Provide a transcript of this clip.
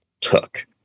took